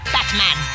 Batman